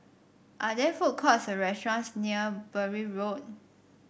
are there food courts or restaurants near Bury Road